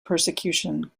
persecution